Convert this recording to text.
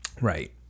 Right